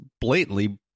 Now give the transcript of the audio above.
blatantly